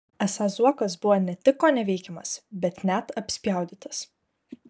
esą zuokas buvo ne tik koneveikiamas bet net apspjaudytas